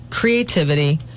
creativity